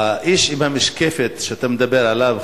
האיש עם המשקפת שאתה מדבר עליו,